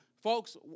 Folks